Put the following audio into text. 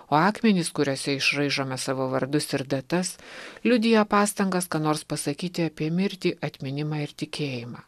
o akmenys kuriuose išraižome savo vardus ir datas liudija pastangas ką nors pasakyti apie mirtį atminimą ir tikėjimą